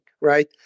right